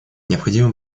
необходимо